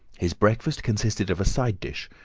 his breakfast consisted of a side-dish,